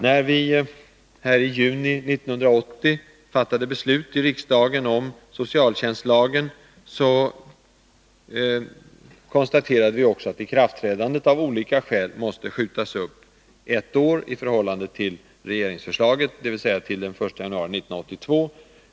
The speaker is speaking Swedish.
När vi i riksdagen i juni 1980 fattade beslut om socialtjänstlagen, konstaterade vi också att ikraftträdandet av olika skäl måste skjutas upp ett åri förhållande till regeringsförslaget, dvs. till den 1 januari 1982.